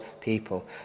people